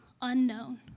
unknown